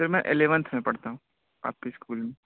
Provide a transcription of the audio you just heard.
سر میں الیونتھ میں پڑھتا ہوں آپ کی اسکول میں